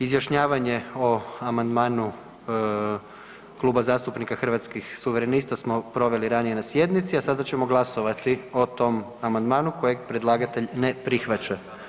Izjašnjavanje o amandmanu Kluba zastupnika Hrvatskih suverenista smo proveli ranije na sjednici, a sada ćemo glasovati o tom amandmanu kojeg predlagatelj ne prihvaća.